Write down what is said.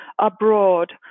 abroad